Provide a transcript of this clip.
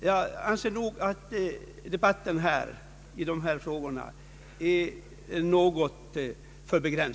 Jag anser nog att debatten i dessa frågor är något för snäv.